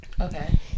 okay